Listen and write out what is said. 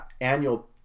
Annual